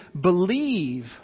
believe